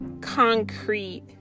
concrete